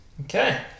Okay